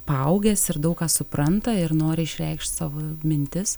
paaugęs ir daug ką supranta ir nori išreikšt savo mintis